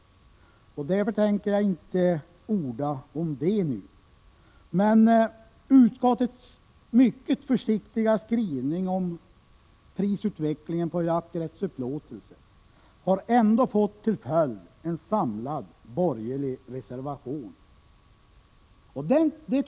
Jag hade därför inte tänkt orda så mycket om detta nu, men utskottets mycket försiktiga skrivning om prisutvecklingen på jakträttsupplåtelser har ändå fått till följd en samlad borgerlig reservation.